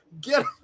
Get